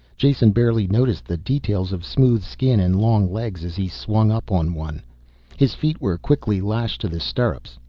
jason barely noticed the details of smooth skin and long legs as he swung up on one his feet were quickly lashed to the stirrups.